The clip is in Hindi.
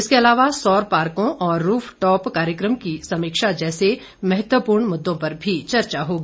इसके अलावा सौर पार्कों और रूफ टॉप कार्यक्रम की समीक्षा जैसे कई महत्वपूर्ण मुद्दों पर भी चर्चा होगी